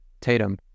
Tatum